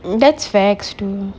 that's facts too